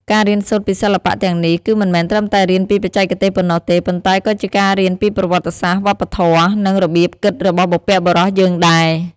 ការរៀនសូត្រពីសិល្បៈទាំងនេះ គឺមិនមែនត្រឹមតែរៀនពីបច្ចេកទេសប៉ុណ្ណោះទេ ប៉ុន្តែក៏ជាការរៀនពីប្រវត្តិសាស្ត្រ វប្បធម៌ និងរបៀបគិតរបស់បុព្វបុរសយើងដែរ។